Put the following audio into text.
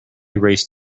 erase